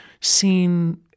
seen